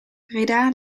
breda